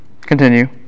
Continue